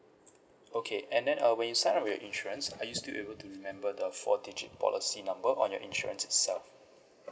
okay and then uh when you sign up with your insurance are you still able to remember the four digit policy number on your insurance itself